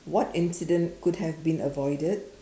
what incident could have been avoided